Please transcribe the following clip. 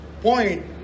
point